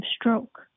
stroke